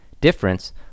difference